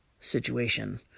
situation